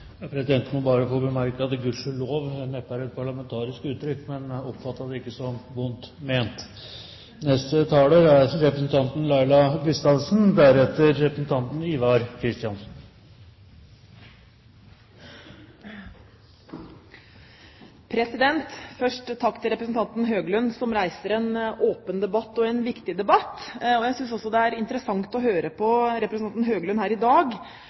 bare få bemerke at «gudskjelov» neppe er et parlamentarisk uttrykk, men oppfattet det ikke som vondt ment. Først takk til representanten Høglund, som reiser en åpen debatt og en viktig debatt. Jeg synes også det er interessant å høre på representanten Høglund her i dag,